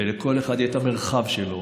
ולכל אחד יהיה את המרחב שלו,